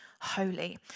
holy